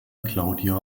claudia